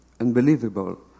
unbelievable